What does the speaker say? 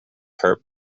hurt